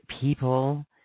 people